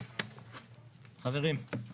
אתחיל עם